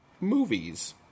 movies